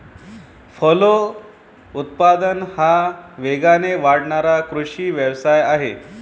फलोत्पादन हा वेगाने वाढणारा कृषी व्यवसाय आहे